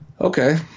Okay